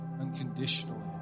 unconditionally